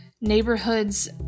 Neighborhoods